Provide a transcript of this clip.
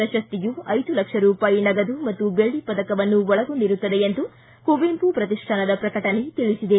ಪ್ರಶಸ್ತಿಯು ಐದು ಲಕ್ಷ ರೂಪಾಯಿ ನಗದು ಮತ್ತು ವೆಳ್ಳಿ ಪದಕವನ್ನು ಒಳಗೊಂಡಿರುತ್ತದೆ ಎಂದು ಕುವೆಂಪು ಪ್ರತಿಷ್ಠಾನದ ಪ್ರಕಟಣೆ ತಿಳಿಸಿದೆ